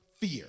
fear